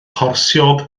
corsiog